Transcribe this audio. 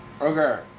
Okay